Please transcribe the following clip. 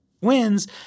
wins